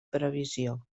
previsió